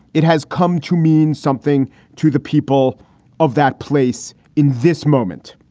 it has come to mean something to the people of that place in this moment.